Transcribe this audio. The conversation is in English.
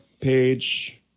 page